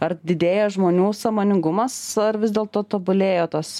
ar didėja žmonių sąmoningumas ar vis dėlto tobulėja tos